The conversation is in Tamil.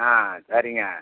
ஆ சரிங்க